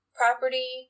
property